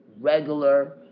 regular